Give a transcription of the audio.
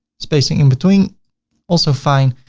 spacing in between also fine.